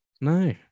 No